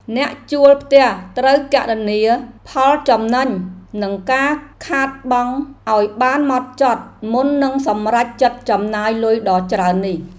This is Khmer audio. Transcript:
អ្នកជួលផ្ទះត្រូវគណនាផលចំណេញនិងការខាតបង់ឱ្យបានហ្មត់ចត់មុននឹងសម្រេចចិត្តចំណាយលុយដ៏ច្រើននេះ។